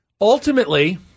ultimately